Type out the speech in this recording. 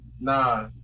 nah